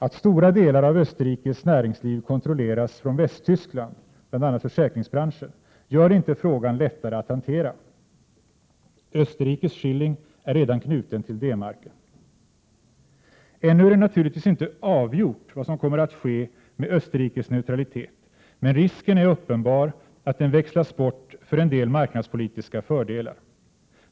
Attstora delar av Österrikes näringsliv kontrolleras från Västtyskland — bl.a. försäkringsbranschen — gör inte frågan lättare att hantera. Österrikes schilling är redan knuten till D-marken. Ännu är det naturligtvis inte avgjort vad som kommer att ske med Österrikes neutralitet, men risken är uppenbar att den växlas bort för en del marknadspolitiska fördelar.